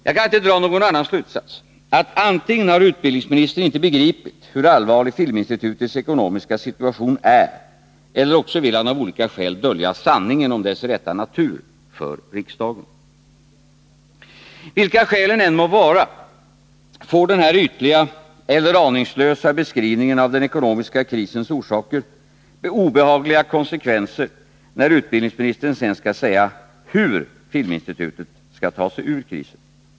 Jag kan inte dra någon annan slutsats än att antingen har utbildningsministern inte begripit hur allvarlig Filminstitutets ekonomiska situation är eller också vill han av olika skäl dölja sanningen om dess rätta natur för riksdagen. Vilka skälen än må vara får denna ytliga eller aningslösa beskriving av den ekonomiska krisens orsaker obehagliga konsekvenser när utbildningsministern sedan skall förklara hur Filminstitutet skall ta sig ur krisen.